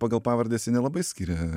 pagal pavardes jie nelabai skiria